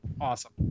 awesome